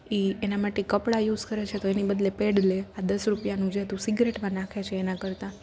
ઈ એના માટે કપડા યુસ કરે છે તો એની બદલે પેડ લે આ દસ રૂપિયાનું જે તું સીગરેટમાં નાખે છે એના કરતાં